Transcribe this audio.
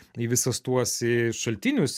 į visus tuos į šaltinius